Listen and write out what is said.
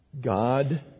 God